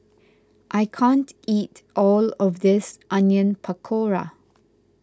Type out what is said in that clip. I can't eat all of this Onion Pakora